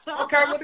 Okay